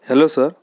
sir hello